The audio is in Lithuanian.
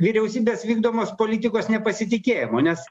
vyriausybės vykdomos politikos nepasitikėjimo nes